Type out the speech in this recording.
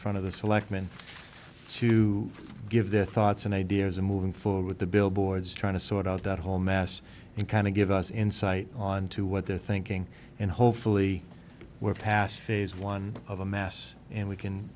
front of the selectmen to give their thoughts and ideas i'm moving forward with the billboards trying to sort out that whole mess and kind of give us insight on to what they're thinking and hopefully we're past phase one of a mass and we can